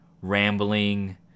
rambling